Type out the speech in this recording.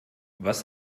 was